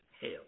Hell